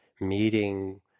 meeting